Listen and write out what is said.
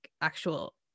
actual